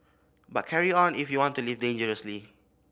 but carry on if you want to live dangerously